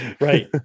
right